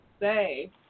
say